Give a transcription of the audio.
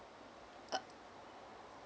uh